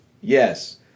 Yes